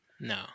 No